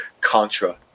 Contra